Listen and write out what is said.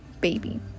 baby